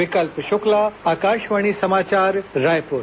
विकल्प शुक्ला आकाशवाणी समाचार रायपुर